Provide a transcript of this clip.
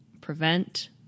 prevent